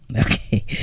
Okay